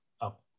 up